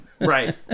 right